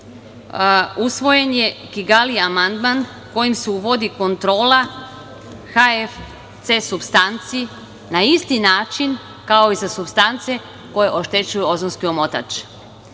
usvojen je Kigali amandman kojim se uvodi kontrola HFC supstanci, na isti način kao i za supstance koje oštećuju ozonski omotač. Tim